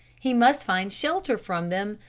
he must find shelter from them.